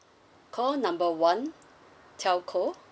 call number one telco